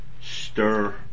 stir